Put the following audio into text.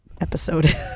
Episode